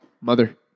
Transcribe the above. mother